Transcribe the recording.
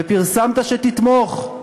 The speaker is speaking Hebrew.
ופרסמת שתתמוך,